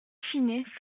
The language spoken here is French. fine